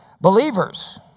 Believers